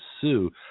sue